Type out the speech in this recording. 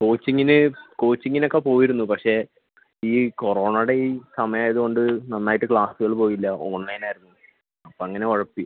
കോച്ചിംഗിന് കോച്ചിംഗിന് ഒക്ക പോയിരുന്നു പക്ഷെ ഈ കോറോണേടെ ഈ സമയം ആയത് കൊണ്ട് നന്നായിട്ട് ക്ലാസുകൾ പോയില്ല ഓൺലൈൻ ആയിരുന്നു അപ്പം അങ്ങനെ ഒഴപ്പി